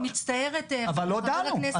לא דנו.